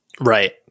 Right